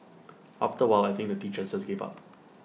after A while I think the teachers just gave up